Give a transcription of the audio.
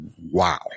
wow